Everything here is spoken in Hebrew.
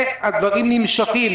והדברים נמשכים.